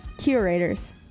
Curators